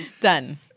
Done